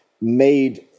made